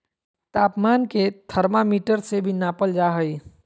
तापमान के थर्मामीटर से भी नापल जा हइ